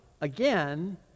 again